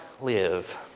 live